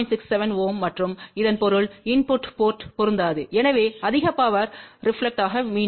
67 Ω மற்றும் இதன் பொருள் இன்புட்டு போர்ட் பொருந்தாது எனவே அதிக பவர் ரெபிளெக்ட் மீண்டும்